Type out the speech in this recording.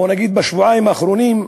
בוא נגיד בשבועיים האחרונים,